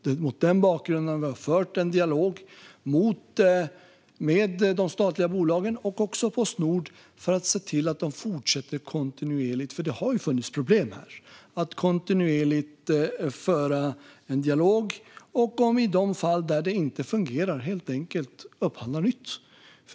Det är mot den bakgrunden vi har fört och fortsätter att kontinuerligt föra en dialog med de statliga bolagen och Postnord - det har funnits problem här - och i de fall det inte fungerar helt enkelt upphandlar nytt.